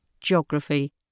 Geography